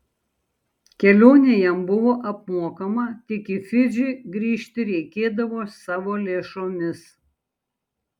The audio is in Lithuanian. kelionė jam buvo apmokama tik į fidžį grįžti reikėdavo savo lėšomis